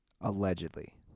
Allegedly